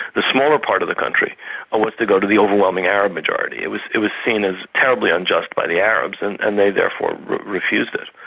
the smaller part of the country ah was to go to the overwhelming arab majority. it was it was seen as terribly unjust by the arabs and and they therefore refused it.